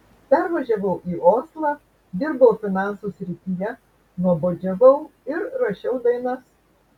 pervažiavau į oslą dirbau finansų srityje nuobodžiavau ir rašiau dainas